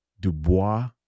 Dubois